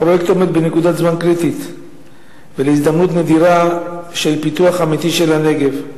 הפרויקט עומד בנקודת זמן קריטית להזדמנות נדירה של פיתוח אמיתי של הנגב.